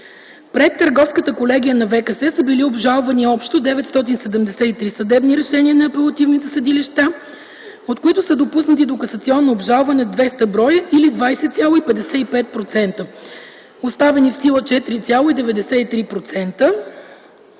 Пред Търговската колегия на ВКС са били обжалвани общо 973 съдебни решения на апелативните съдилища, от които са допуснати до касационно обжалване 200 броя или 20,55%. Оставени в сила са